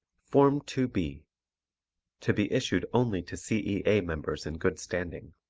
form two b to be issued only to c e a. members in good standing